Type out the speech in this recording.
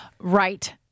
Right